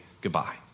goodbye